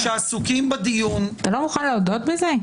כשעסוקים בדיון --- אתה לא מוכן להודות בזה?